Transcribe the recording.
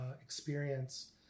experience